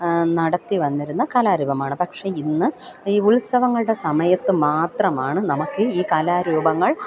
നടത്തി വന്നിരുന്ന കലാരൂപമാണ് പക്ഷെ ഇന്ന് ഈ ഉത്സവങ്ങളുടെ സമയത്ത് മാത്രമാണ് നമുക്ക് ഈ കലാരൂപങ്ങൾ